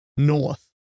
North